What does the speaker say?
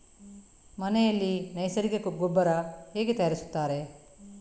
ಮನೆಯಲ್ಲಿ ನೈಸರ್ಗಿಕ ಗೊಬ್ಬರ ಹೇಗೆ ತಯಾರಿಸುತ್ತಾರೆ?